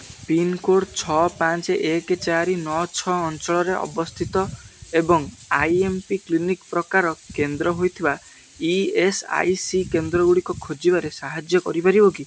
pincode ଛଅ ପାଞ୍ଚ ଏକ ଚାରି ନଅ ଛଅ ଅଞ୍ଚଳରେ ଅବସ୍ଥିତ ଏବଂ ଆଇ ଏମ୍ ପି କ୍ଲିନିକ୍ ପ୍ରକାର କେନ୍ଦ୍ର ହେଇଥିବା ଇ ଏସ୍ ଆଇ ସି କେନ୍ଦ୍ରଗୁଡ଼ିକ ଖୋଜିବାରେ ସାହାଯ୍ୟ କରିପାରିବ କି